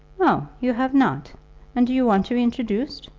oh, you have not and do you want to be introduced?